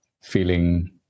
feeling